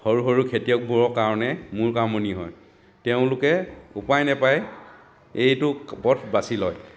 সৰু সৰু খেতিয়কবোৰঅ কাৰণে মূৰ কামোৰণি হয় তেওঁলোকে উপায় নাপাই এইটো পথ বাছি লয়